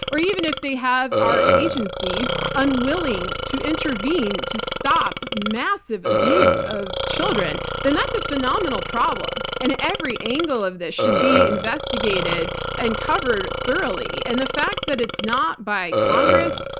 or even if they have our agencies unwilling to intervene to stop massive abuse of children, then that's a phenomenal problem and every angle of this should be investigated and covered thoroughly. and the fact that it's not by congress,